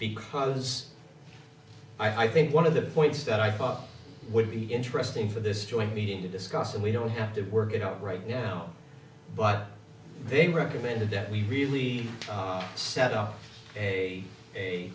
because i think one of the points that i thought would be interesting for this joint meeting to discuss and we don't have to work it out right now but they recommended that we really set off a a